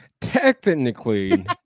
technically